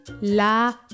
La